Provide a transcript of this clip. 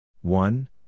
one